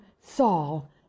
Saul